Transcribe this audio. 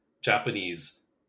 Japanese